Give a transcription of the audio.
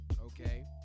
okay